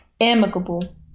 amicable